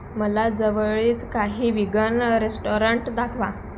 मला जवळचे काही विगन रेस्टॉरंट दाखवा